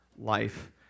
life